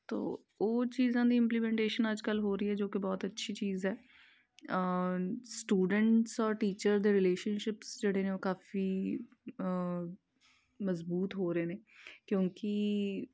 ਤੋ ਉਹ ਚੀਜ਼ਾਂ ਦੀ ਇੰਪਲੀਮੈਂਟੇਸ਼ਨ ਅੱਜ ਕੱਲ੍ਹ ਹੋ ਰਹੀ ਹੈ ਜੋ ਕਿ ਬਹੁਤ ਅੱਛੀ ਚੀਜ਼ ਹੈ ਸਟੂਡੈਂਟਸ ਔਰ ਟੀਚਰ ਦੇ ਰਿਲੇਸ਼ਨਸ਼ਿਪਜ਼ ਜਿਹੜੇ ਨੇ ਉਹ ਕਾਫ਼ੀ ਮਜ਼ਬੂਤ ਹੋ ਰਹੇ ਨੇ ਕਿਉਂਕਿ